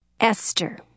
Esther